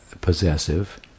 possessive